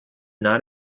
not